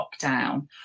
lockdown